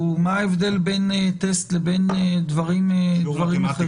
מה ההבדל בין טסט לבין דברים אחרים?